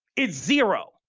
it's zero,